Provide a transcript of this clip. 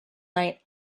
night